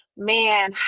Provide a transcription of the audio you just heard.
Man